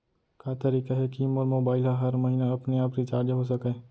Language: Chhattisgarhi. का तरीका हे कि मोर मोबाइल ह हर महीना अपने आप रिचार्ज हो सकय?